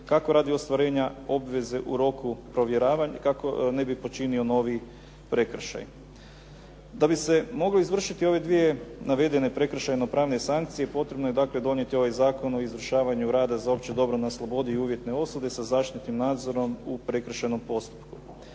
kako radi ostvarenja obveze u roku provjeravanja kako ne bi počinio novi prekršaj. Da bi se moglo izvršiti ove dvije navedene prekršajno-pravne sankcije, potrebno je dakle donijeti ovaj Zakon o izvršavanju rada za opće dobro na slobodi i uvjetne osude sa zaštitnim nadzorom u prekršajnom postupku.